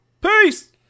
Peace